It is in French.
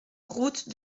route